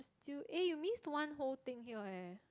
still eh you missed one whole thing here eh